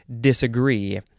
disagree